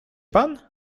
pan